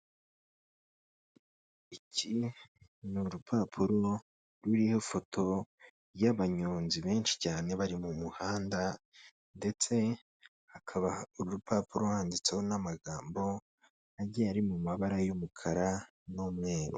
iki ni urupapuro ruriho foto y'abanyonzi benshi cyane bari mu muhanda ndetse hakaba urupapuro handitseho n'amagambo agiye ari mu mabara y'umukara n'umweru.